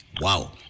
Wow